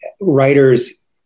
Writers